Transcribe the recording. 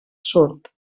sord